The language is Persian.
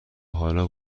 حالا